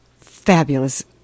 fabulous